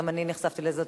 גם אני נחשפתי לזה לראשונה.